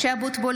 (קוראת בשמות חברי הכנסת) משה אבוטבול,